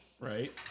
Right